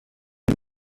y’u